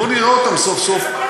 אדוני היושב-ראש,